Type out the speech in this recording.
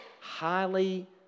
highly